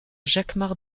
jacquemart